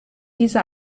diese